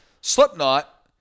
Slipknot